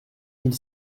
mille